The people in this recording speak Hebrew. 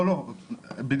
לא, לא בסדר, חלילה.